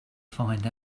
find